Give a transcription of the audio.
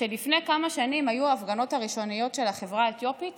כשלפני כמה שנים היו ההפגנות הראשוניות של החברה האתיופית